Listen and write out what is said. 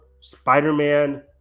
Spider-Man